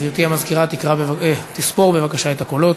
גברתי המזכירה תספור בבקשה את הקולות.